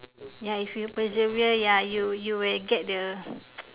ya if you persevere ya you you will get the